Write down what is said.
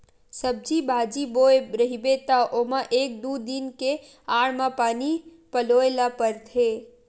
सब्जी बाजी बोए रहिबे त ओमा एक दू दिन के आड़ म पानी पलोए ल परथे